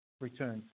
returns